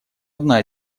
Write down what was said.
одна